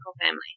family